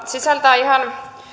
sisältää ihan